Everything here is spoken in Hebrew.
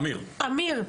אמיר,